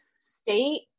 state